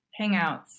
hangouts